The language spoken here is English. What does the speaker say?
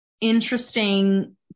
interesting